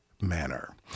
manner